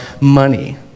money